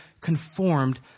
conformed